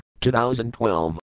2012